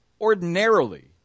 ordinarily